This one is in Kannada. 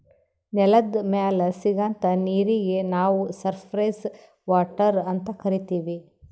ನೆಲದ್ ಮ್ಯಾಲ್ ಸಿಗಂಥಾ ನೀರೀಗಿ ನಾವ್ ಸರ್ಫೇಸ್ ವಾಟರ್ ಅಂತ್ ಕರೀತೀವಿ